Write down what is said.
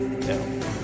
No